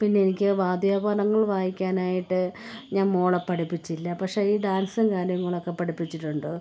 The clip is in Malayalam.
പിന്നെ എനിക്ക് വാദ്യോപകരണങ്ങൾ വായിക്കാനായിട്ട് ഞാൻ മകളെ പഠിപ്പിച്ചില്ല പക്ഷേ ഈ ഡാൻസും കാര്യങ്ങളൊക്കെ പഠിപ്പിച്ചിട്ടുണ്ട്